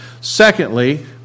Secondly